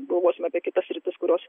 galvosime apie kitas sritis kurios